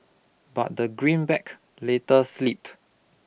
but the greenback later slipped